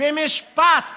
במשפט